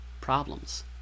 problems